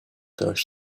taj